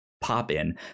pop-in